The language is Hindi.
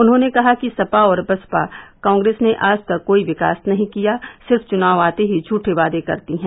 उन्होंने ने कहा कि सपा बसपा और कांग्रेस ने आज तक कोई विकास नहीं किया सिर्फ चुनाव आते ही झूठे वादे करती है